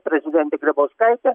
prezidentė grybauskaitė